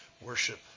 worship